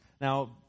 now